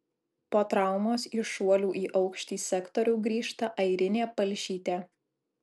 po traumos į šuolių į aukštį sektorių grįžta airinė palšytė